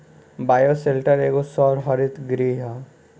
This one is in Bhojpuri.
बायोशेल्टर एगो सौर हरित गृह ह